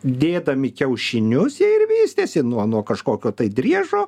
dėdami kiaušinius jie ir vystėsi nuo nuo kažkokio tai driežo